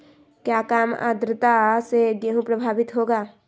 क्या काम आद्रता से गेहु प्रभाभीत होगा?